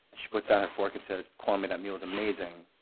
she puts down her fork and says, kwame, that meal is amazing.